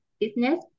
business